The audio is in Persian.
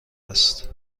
است